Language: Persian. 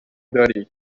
درای